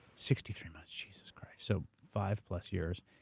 sixty three months. jesus christ. so five plus years.